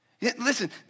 Listen